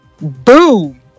boom